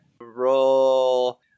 roll